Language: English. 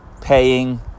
paying